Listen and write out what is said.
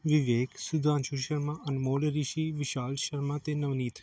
ਵਿਵੇਕ ਸੁਧਾਂਸ਼ੂ ਸ਼ਰਮਾ ਅਨਮੋਲ ਰਿਸ਼ੀ ਵਿਸ਼ਾਲ ਸ਼ਰਮਾ ਅਤੇ ਨਵਨੀਤ